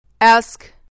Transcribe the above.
Ask